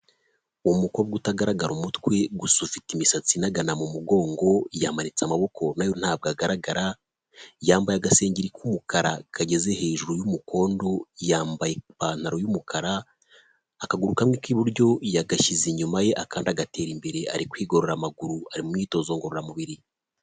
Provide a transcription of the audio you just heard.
Uwo mu umukobwa utagaragara umutwe gusa ufite imisatsi inagana mu mugongo, yamanitse amaboko nayo ntabwo agaragara. Yambaye agasengeri k'umukara kageze hejuru y'umukondo, yambaye ipantaro y'umukara. Akaguru kamwe k'iburyo yagashyize inyuma ye akandi agatera imbere ari kwigorora amaguru, ari mu myitozo ngororamubiri.